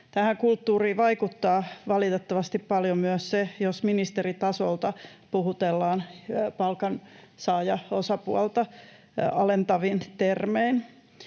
Tähän kulttuuriin vaikuttaa valitettavasti paljon myös se, jos ministeritasolta puhutellaan palkansaajaosapuolta alentavin termein.